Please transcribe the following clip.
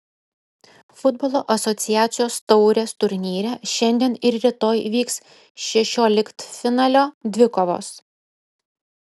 futbolo asociacijos taurės turnyre šiandien ir rytoj vyks šešioliktfinalio dvikovos